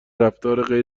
رفتار